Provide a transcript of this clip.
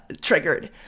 triggered